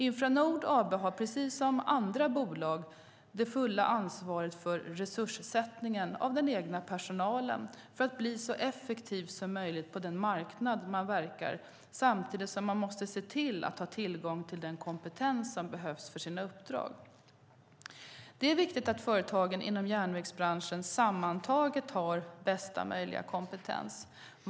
Infranord AB har precis som andra bolag det fulla ansvaret för resurssättningen av den egna personalen för att bli så effektiv som möjligt på den marknad där man verkar samtidigt som man måste se till att ha tillgång till den kompetens som behövs för sina uppdrag. Det är viktigt att företagen inom järnvägsbranschen sammantaget har bästa möjliga kompetens.